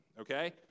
Okay